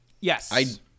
Yes